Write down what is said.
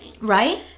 Right